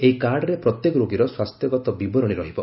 ଏହି କାର୍ଡରେ ପ୍ରତ୍ୟେକ ରୋଗୀର ସ୍ୱାସ୍ଥ୍ୟଗତ ବିବରଣୀ ରହିବ